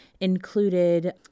included